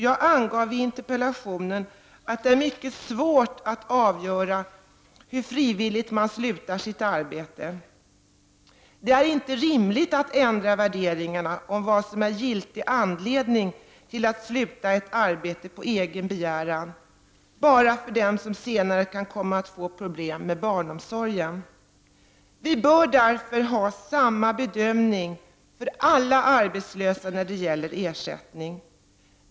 Jag angav i interpellationen att det är mycket svårt att avgöra hur frivilligt man slutar sitt arbete. Det är inte rimligt att värderingarna om vad som är giltig anledning att sluta ett arbete på egen begäran skall ändras bara för dem som senare kan komma att få problem med barnomsorgen. Vi bör därför ha samma bedömning för alla arbetslösa när det gäller ersättning.